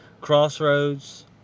crossroads